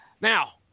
Now